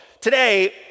today